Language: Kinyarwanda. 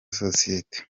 sosiyete